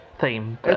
theme